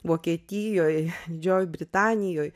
vokietijoj didžiojoj britanijoj